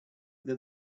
that